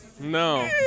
No